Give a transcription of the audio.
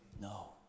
No